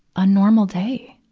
a normal day,